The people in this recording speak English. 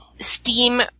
Steam